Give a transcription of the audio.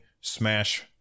Smash